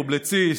פובליציסט,